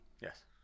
Yes